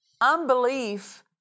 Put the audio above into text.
unbelief